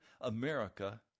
America